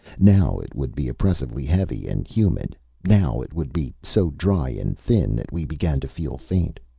now it would be oppressively heavy and humid now it would be so dry and thin that we began to feel faint.